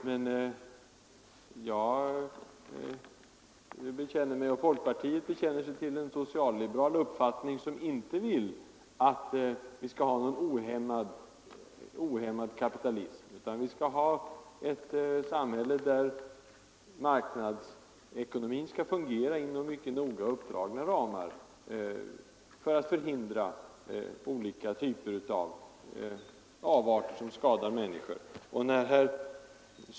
Men jag bekänner mig och folkpartiet bekänner sig till en socialliberal uppfattning som inte vill att vi skall ha någon ohämmad kapitalism utan vi skall ha ett samhälle där marknadsekonomin fungerar inom mycket noga uppdragna ramar för att förhindra olika avarter som skadar människor.